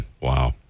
Wow